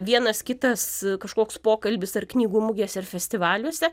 vienas kitas kažkoks pokalbis ar knygų mugėse ir festivaliuose